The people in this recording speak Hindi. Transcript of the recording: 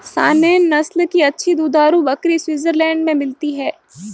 सानेंन नस्ल की अच्छी दुधारू बकरी स्विट्जरलैंड में मिलती है